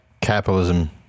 capitalism